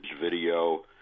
video